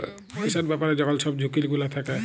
পইসার ব্যাপারে যখল ছব ঝুঁকি গুলা থ্যাকে